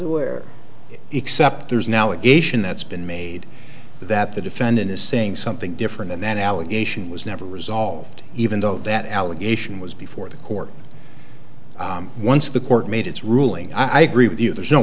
aware except there's now a geisha that's been made that the defendant is saying something different and that allegation was never resolved even though that allegation was before the court once the court made its ruling i agree with you there's no